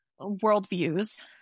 worldviews